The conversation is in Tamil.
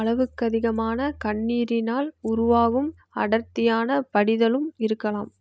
அளவுக்கதிகமான கண்ணீரினால் உருவாகும் அடர்த்தியான படிதலும் இருக்கலாம்